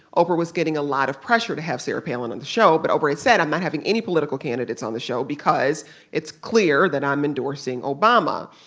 oprah was getting a lot of pressure to have sarah palin on the show. but oprah had said, i'm not having any political candidates on the show because it's clear that i'm endorsing obama.